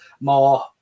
more